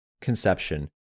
conception